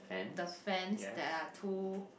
the fence there are two